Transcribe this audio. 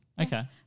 Okay